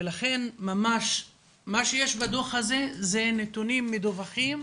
ולכן מה שיש בדוח הזה זה נתונים מדווחים,